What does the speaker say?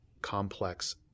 complex